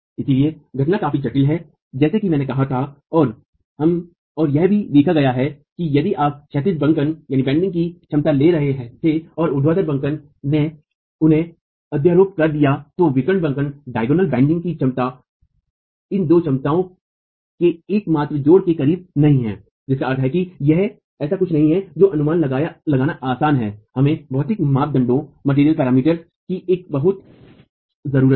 इसलिए घटना काफी जटिल है जैसा कि मैंने कहा था और यह भी देखा गया है कि यदि आप क्षैतिज बंकन की क्षमता ले रहे थे और ऊर्ध्वाधर बंकन ने उन्हें अध्यारोप कर दिया तो विकर्ण बंकन की क्षमता इन दो क्षमताओं के एक मात्र जोड़ के करीब नहीं है जिसका अर्थ है कि यह ऐसा कुछ नहीं है जो अनुमान लगाना आसान है हमें भौतिक मापदंडों की एक बहुत जरूरत है